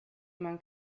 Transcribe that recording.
man